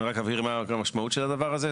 אני רק אבהיר מה המשמעות של הדבר הזה.